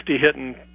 hitting